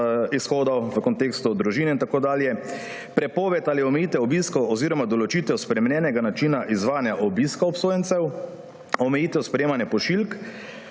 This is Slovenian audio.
izhodov v kontekstu družine in tako dalje; prepoved ali omejitev obiskov oziroma določitev spremenjenega načina izvajanja obiskov obsojencev; omejitev sprejemanja pošiljk,